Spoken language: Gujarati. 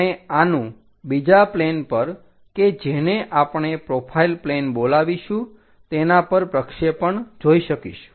આપણે આનું બીજા પ્લેન પર કે જેને આપણે પ્રોફાઈલ પ્લેન બોલાવીશું તેના પર પ્રક્ષેપણ જોઈ શકીશું